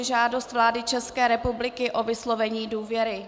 Žádost vlády České republiky o vyslovení důvěry